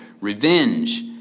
revenge